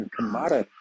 Kamara